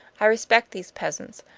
i respect these peasants,